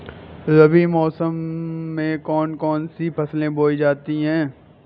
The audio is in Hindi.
रबी मौसम में कौन कौन सी फसलें बोई जाती हैं?